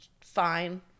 Fine